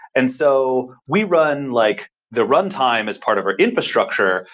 and so, we run like the runtime as part of our infrastructure.